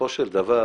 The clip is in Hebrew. בסופו של דבר,